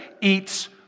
eats